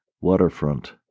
waterfront